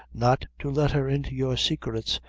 not to let her into your saicrets,